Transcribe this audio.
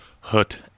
hurt